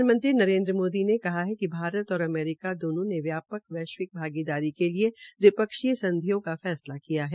प्रधानमंत्री नरेन्द्र मोदी ने कहा है कि भारत और अमेरिका दोनों ने व्यापक वैश्विक भागीदारी के लिए द्विपक्षीय संधियों का फैसला लिया है